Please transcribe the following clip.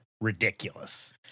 ridiculous